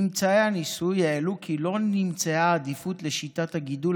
ממצאי הניסוי העלו כי לא נמצאה עדיפות לשיטת הגידול